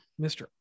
Mr